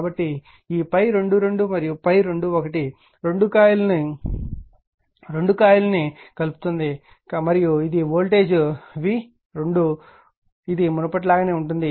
కాబట్టి ఈ ∅22 మరియు ∅21 రెండూ కాయిల్ 2 ను కలుపుతాయి మరియు ఇది వోల్టేజ్ v2 ఇది మునుపటిలాగా ఉంటుంది